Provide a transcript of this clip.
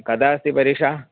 कदा अस्ति परीक्षा